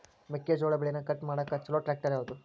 ಮೆಕ್ಕೆ ಜೋಳ ಬೆಳಿನ ಕಟ್ ಮಾಡಾಕ್ ಛಲೋ ಟ್ರ್ಯಾಕ್ಟರ್ ಯಾವ್ದು?